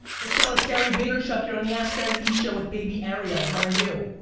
michelle, it's gary vaynerchuk, you're on the askgaryvee show with baby ariel. how are you?